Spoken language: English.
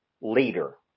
leader